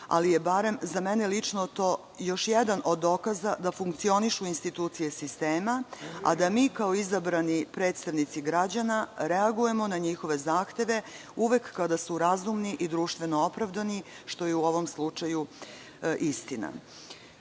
ali je barem za mene lično to još jedan od dokaza da funkcionišu institucije sistema, a da mi kao izabrani predstavnici građana reagujemo na njihove zahteve uvek kada su razumni i društveno opravdani, što je u ovom slučaju